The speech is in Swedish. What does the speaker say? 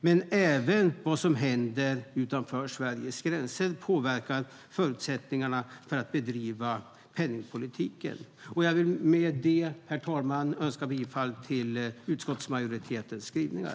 Men även vad som händer utanför Sveriges gränser påverkar förutsättningarna att bedriva penningpolitik. Jag vill med det, herr talman, yrka bifall till utskottsmajoritetens skrivningar.